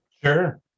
Sure